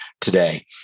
today